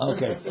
Okay